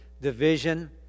division